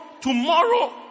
tomorrow